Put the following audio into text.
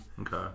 Okay